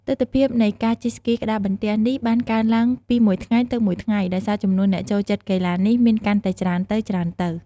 ទិដ្ឋភាពនៃការជិះស្គីក្ដារបន្ទះនេះបានកើនឡើងពីមួយថ្ងៃទៅមួយថ្ងៃ ដោយសារចំនួនអ្នកចូលចិត្តកីឡានេះមានកាន់តែច្រើនទៅៗ។